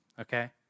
okay